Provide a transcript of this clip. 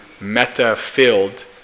meta-filled